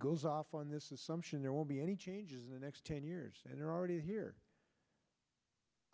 goes off on this assumption there will be any changes in the next ten years and they're already here